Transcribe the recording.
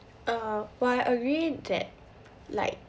err while I agree that like